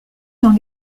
dans